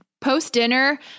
post-dinner